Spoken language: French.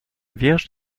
vierge